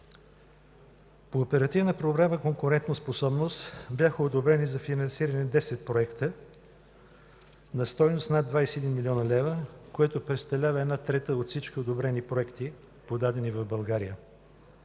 По Оперативна програма „Конкурентоспособност” бяха одобрени за финансиране 10 проекта на стойност над 21 млн. лв., което представлява една трета от всички одобрени проекти, подадени в България.